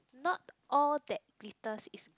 not all that glitters is